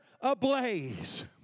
ablaze